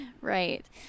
Right